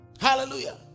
Hallelujah